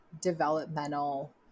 developmental